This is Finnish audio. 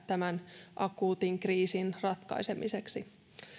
tämän akuutin kriisin ratkaisemiseksi